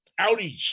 Audis